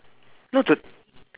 no